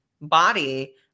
body